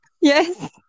Yes